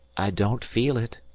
i don't feel it,